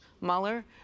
Mueller